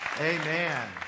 Amen